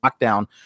lockdown